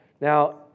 now